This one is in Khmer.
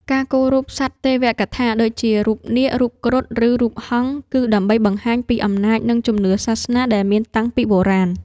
ការគូររូប សត្វទេវកថា ដូចជា រូបនាគ រូបគ្រុឌ ឬរូបហង្ស គឺដើម្បីបង្ហាញពីអំណាច និងជំនឿសាសនាដែលមានតាំងពីបុរាណ។